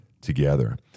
together